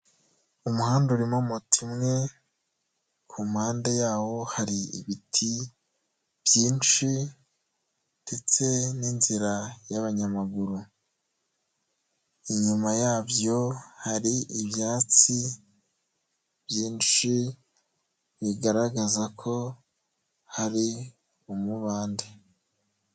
Umuhanda urimo moto imwe ku mpande yawo hari ibiti byinshi ndetse n'inzira y'abanyamaguru, inyuma yabyo hari ibyatsi byinshi bigaragaza ko hari umubande.